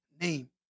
name